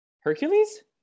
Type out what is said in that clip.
Hercules